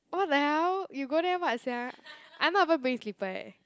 what the hell you go there what sia I'm not even bringing slippers eh